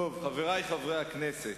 חברי חברי הכנסת,